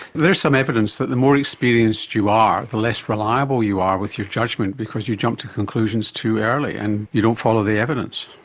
there is some evidence that the more experienced you are, the less reliable you are with your judgement because you jump to conclusions too early and you don't follow the evidence.